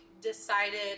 decided